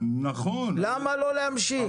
למה לא להמשיך?